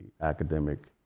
academic